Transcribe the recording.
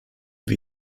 wir